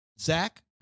Zach